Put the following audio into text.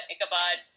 Ichabod